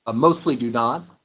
mostly do not